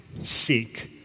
seek